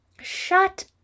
Shut